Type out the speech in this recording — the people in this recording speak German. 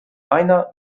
einer